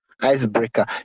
icebreaker